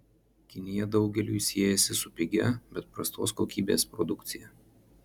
kinija daugeliui siejasi su pigia bet prastos kokybės produkcija